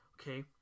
okay